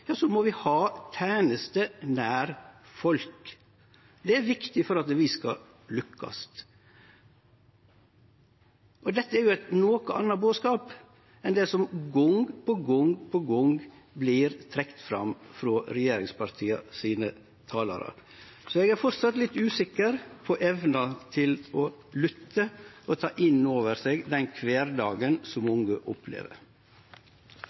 ja, så må dei ha tenester nær folk. Det er viktig for at dei skal lukkast. Dette er ein noko annan bodskap enn det som gong på gong på gong vert trekt fram frå talarane frå regjeringspartia. Så eg er framleis litt usikker på evna til å lytte og ta innover seg den kvardagen som mange opplever.